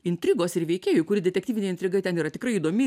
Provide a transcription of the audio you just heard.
intrigos ir veikėjų kur detektyvinė intriga ten yra tikrai įdomi